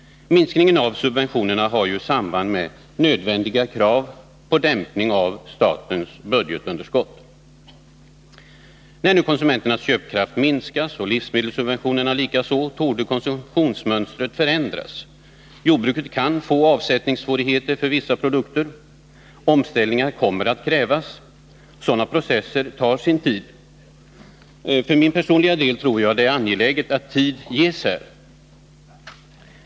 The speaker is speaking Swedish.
Minskningen av subventionerna har ju samband med nödvändiga krav på dämpning av statens budgetunderskott. När nu konsumenternas köpkraft minskas, och livsmedelssubventionerna likaså, torde konsumtionsmönstret förändras. Jordbruket kan få avsättningssvårigheter för vissa produkter. Omställningar kommer att krävas. Sådana processer tar sin tid. För min personliga del tror att jag det är angeläget att tid ges här.